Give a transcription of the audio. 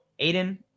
Aiden